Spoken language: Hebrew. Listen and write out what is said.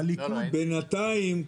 בינתיים,